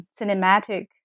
cinematic